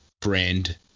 brand